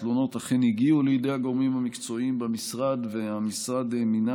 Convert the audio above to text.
התלונות אכן הגיעו לידי הגורמים המקצועיים במשרד והמשרד מינה